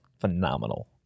phenomenal